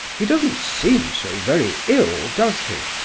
he doesn't seem so very ill, does he?